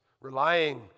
relying